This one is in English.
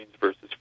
versus